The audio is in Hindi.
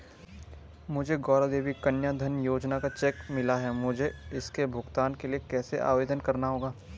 मुझे गौरा देवी कन्या धन योजना का चेक मिला है मुझे इसके भुगतान के लिए कैसे आवेदन करना होगा?